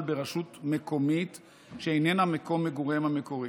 ברשות מקומית שאיננה מקום מגוריהם המקורי.